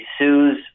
sues